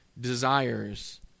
desires